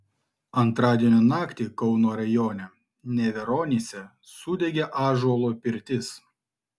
antradienio naktį kauno rajone neveronyse sudegė ąžuolo pirtis